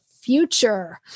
future